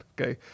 okay